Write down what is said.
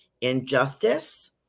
injustice